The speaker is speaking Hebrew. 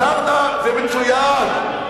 אבל זה בסדר.